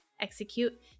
execute